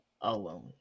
alone